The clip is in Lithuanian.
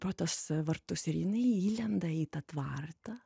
pro tuos vartus ir jinai įlenda į tą tvartą